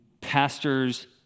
pastors